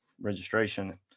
registration